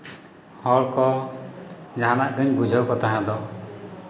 ᱦᱚᱲ ᱠᱚ ᱡᱟᱦᱟᱱᱟᱜ ᱜᱮᱧ ᱵᱩᱡᱷᱟᱹᱣ ᱠᱚ ᱛᱟᱦᱮᱜ ᱫᱚ